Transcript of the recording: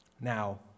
Now